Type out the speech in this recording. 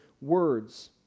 words